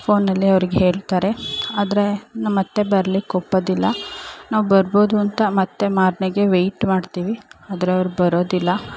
ಫೋನಲ್ಲೆ ಅವ್ರಿಗೆ ಹೇಳ್ತಾರೆ ಆದರೆ ನಮ್ಮ ಅತ್ತೆ ಬರ್ಲಿಕ್ಕೆ ಒಪ್ಪೋದಿಲ್ಲ ನಾವು ಬರ್ಬೋದು ಅಂತ ಮತ್ತು ಮಾರನೇಗೆ ವೆಯ್ಟ್ ಮಾಡ್ತೀವಿ ಆದರೆ ಅವ್ರು ಬರೋದಿಲ್ಲ